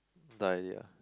die already ah